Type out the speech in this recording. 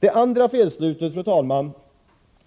Det andra felslutet